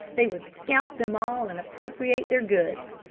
they would scalp them all and appropriate their goods.